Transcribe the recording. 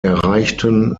erreichten